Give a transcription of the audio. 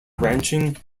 ranching